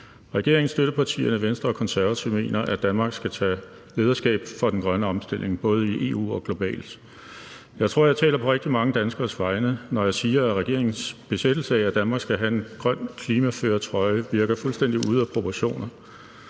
Regeringen, støttepartierne og Venstre og Konservative mener, at Danmark skal tage lederskab for den grønne omstilling, både i EU og globalt. Jeg tror, at jeg taler på rigtig mange danskeres vegne, når jeg siger, at regeringens besættelse af, at Danmark skal have en grøn klimaførertrøje, virker fuldstændig ude af proportioner.